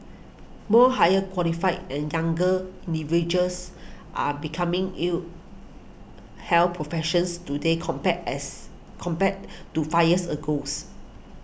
more higher qualified and younger individuals are becoming you here professions today compared as compare to five years a goes